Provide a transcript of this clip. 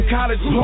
College